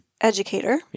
educator